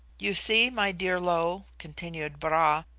you see, my dear lo, continued bra,